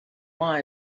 one